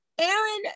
Aaron